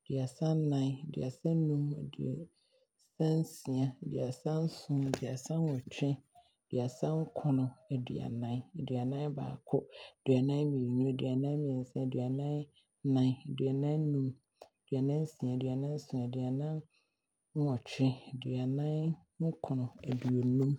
aduasa-nnan, aduasa-num, aduasa- nsia, aduasa-nson, aduasa-nnwɔtwe, aduasa-nkron, aduanan. Aduanan baako, aduanan mmienu, aduanan mmiɛnsa, aduanan nnan, aduanan num, aduanan nsia, aduanan nson, aduanan nwɔtwe, aduanan nkron, aduonum.